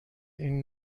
این